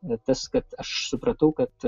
tas kad aš supratau kad